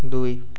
দুই